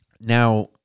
Now